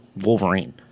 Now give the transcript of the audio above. Wolverine